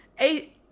A-